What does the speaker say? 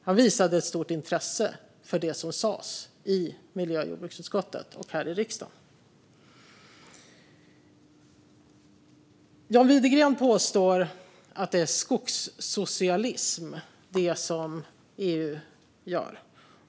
Han visade ett stort intresse för det som sas i miljö och jordbruksutskottet och här i riksdagen. John Widegren påstår att det som EU gör är skogssocialism.